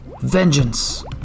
Vengeance